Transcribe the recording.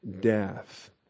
death